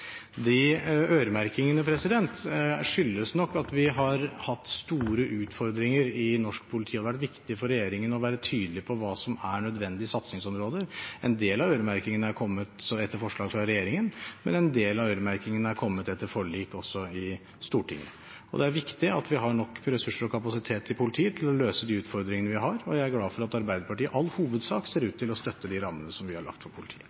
De øremerkingene skyldes nok at vi har hatt store utfordringer i norsk politi, og det har vært viktig for regjeringen å være tydelig på hva som er nødvendige satsingsområder. En del av øremerkingene er kommet etter forslag fra regjeringen, men en del av øremerkingene er kommet etter forlik, også i Stortinget. Det er viktig at vi har nok ressurser og kapasitet i politiet til å løse de utfordringene vi har, og jeg er glad for at Arbeiderpartiet i all hovedsak ser ut til å støtte de rammene som vi har lagt opp til. Det åpnes for